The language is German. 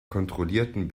kontrollierten